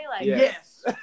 Yes